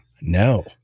No